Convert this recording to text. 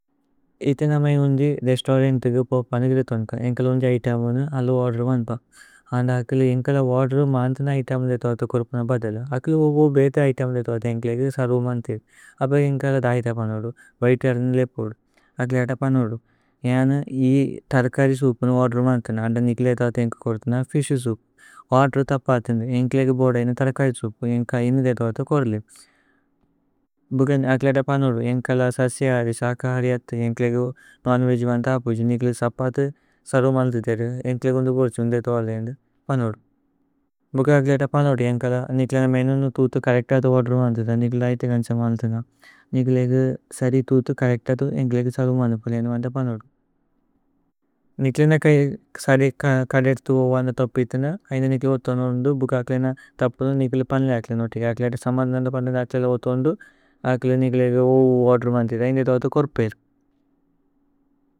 ഇതി നമഏ ഉന്ജി രേസ്തൌരന്തിഗ് ബോപ് അനുഗിരിതു അന്ക। ഏന്കല ഉന്ജി ഇതേമു ന അല്ലു ഓര്ദേരു മന്ത്പ അന്ദ। അകിലു ഏന്കല ഓര്ദേരു മന്തന ഇതേമു ദേതു വത। കോരുപന ബദല അകിലു ഉബു ബേത ഇതേമു ദേതു വത। ഏന്ക്ലേഗേ സര്വു മന്തിവു അബ ഏന്കല ദൈഥ പനോദു। വൈതു ഏര്ദനേ ലേപ്പോദു അകിലേത പനോദു യന ഥര്കരി। സുപു ന ഓര്ദേരു മന്തന അന്ദ നിക്ലഏ വത ഏന്ക। കോരുഥന ഫിശു സുപു ഓര്ദേരു ഥപ്പഥന ഏന്ക്ലേഗേ। ബോദു ഐന ഥര്കരി സുപു ഏന്ക ഐന ദേതു വത। കോരുലേ ഭുകന് അകിലേത പനോദു ഏന്കല സസ്യദി। സക ഹരിഅതു ഏന്ക്ലേഗേ നന്വേജു വന്ത ഹപുജി। നിക്ലഏ ഥപ്പഥു സര്വു മന്തിഥേത ഏന്ക്ലേഗേ। ഉന്ദു ബോദു സുന്ദേത വത ഏന്ക പനോദു ഭുകന്। അകിലേത പനോദു ഏന്കല നിക്ലഏ മേനുനു ഥുഥു। കരേക്ത ഥു ഓര്ദേരു മന്തിഥേത നിക്ലഏ ഐത। ഗന്സമന്തന നിക്ലഏ സരി ഥുഥു കരേക്ത ഥു। ഏന്ക്ലേഗേ സര്വു മന്തിഥേത വന്ത പനോദു നിക്ലഏന। സരി കദേ ത്ഥു വത ഥപ്പിഥന ഐന നിക്ലഏ। ഓത്ഥോന വന്ദു ഭുകന് അകിലേന ഥപ്പു നിക്ലഏ। പന്ന അകിലേത പന്ന അകിലേത സമന്തന പന്ന। അകിലേത ഓത്ഥോന വന്ദു അകിലേന। നിക്ലഏഗ ഓഹ് ഓര്ദേരു മന്തിഥേത ഐന്ദ ധോഥു കോരുപേദു।